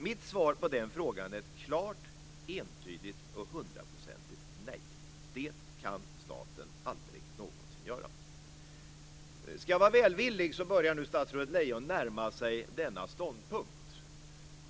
Mitt svar på den frågan är ett klart och entydigt hundraprocentigt nej - det kan staten aldrig någonsin göra! För att vara välvillig kan jag säga att statsrådet Lejon nu börjar närma sig denna ståndpunkt.